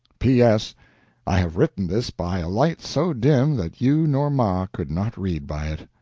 p s i have written this by a light so dim that you nor ma could not read by it.